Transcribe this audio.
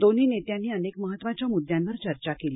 दोन्ही नेत्यांनी अनेक महत्वाच्या मुद्द्यांवर चर्चा केली